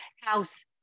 house